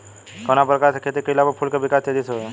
कवना प्रकार से खेती कइला पर फूल के विकास तेजी से होयी?